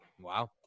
Wow